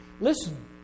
Listen